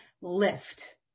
lift